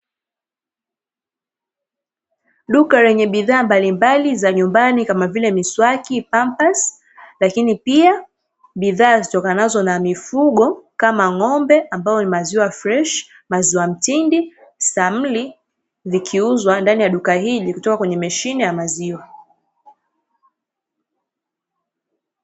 Duka lenye bidhaa mbalimbali za nyumbani kama vile: miswaki, pampasi; lakini pia bidhaa zitokanazo na mifugo kama ng'ombe ambayo ni: maziwa freshi, maziwa mtindi, samli, vikiuzwa ndani ya duka hili kutoka kwenye mashine ya maziwa.